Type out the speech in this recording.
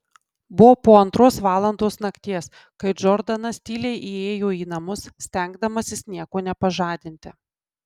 buvo po antros valandos nakties kai džordanas tyliai įėjo į namus stengdamasis nieko nepažadinti